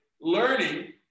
learning